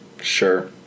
Sure